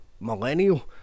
millennial